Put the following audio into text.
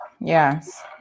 Yes